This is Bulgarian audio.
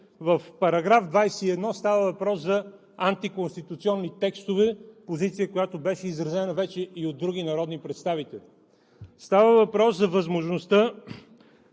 в § 21 става въпрос за антиконституционни текстове – позиция, която беше изразена вече и от други народни представители. Става въпрос за възможността